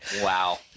wow